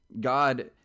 God